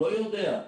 לא יודע.